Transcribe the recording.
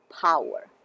power